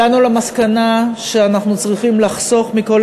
הגענו למסקנה שאנחנו צריכים לחסוך מכל